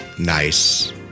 Nice